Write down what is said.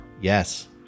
Yes